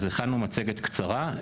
הכנו מצגת קצרה.